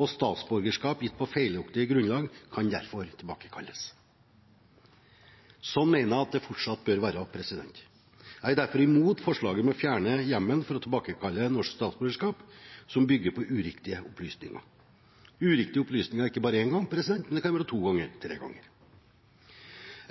Og statsborgerskap gitt på feilaktig grunnlag kan derfor tilbakekalles. Sånn mener jeg at det fortsatt bør være. Jeg er derfor imot forslaget om å fjerne hjemmelen for å tilbakekalle norsk statsborgerskap som bygger på uriktige opplysninger – uriktige opplysninger, ikke bare én gang, men to eller tre ganger.